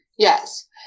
Yes